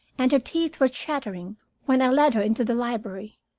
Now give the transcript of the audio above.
and her teeth were chattering when i led her into the library.